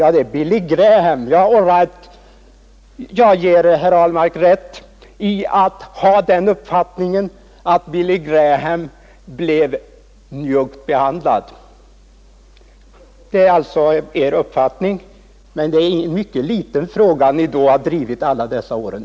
Ja, det är Billy Graham. All right, jag ger herr Ahlmark rätt i att ha den uppfattningen att Billy Graham blev njuggt behandlad. Det är alltså er uppfattning, men det är en mycket liten fråga ni då har drivit alla dessa år.